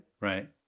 Right